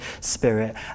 Spirit